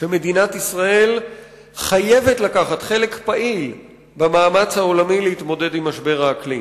שמדינת ישראל חייבת לקחת חלק פעיל במאמץ העולמי להתמודד עם משבר האקלים.